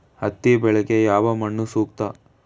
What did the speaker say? ಹತ್ತಿ ಬೆಳೆಗೆ ಯಾವ ಮಣ್ಣು ಸೂಕ್ತ?